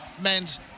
men's